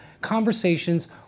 conversations